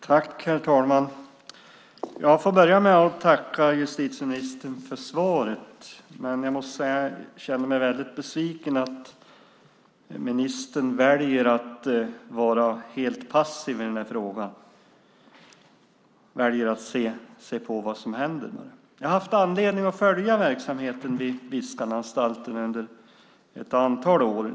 Herr talman! Jag vill börja med att tacka justitieministern för svaret, men jag måste säga att jag känner mig väldigt besviken över att ministern väljer att vara helt passiv i den här frågan. Hon väljer att bara se på vad som händer. Jag har haft anledning att följa verksamheten vid Viskananstalten under ett antal år.